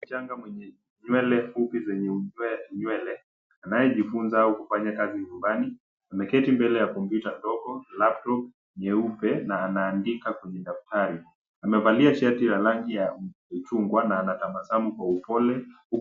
Msichana mwenye nywele fupi zenye nywele anaye jifunza kufanya kazi nyumbani ameketi mbele ya kompyuta ndogo [cs ] laptop[cs ] nyeupe na anaandika kwenye daftari. Amevalia shati la rangi ya chungwa na anatabasamu kwa upole.